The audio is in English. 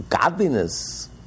godliness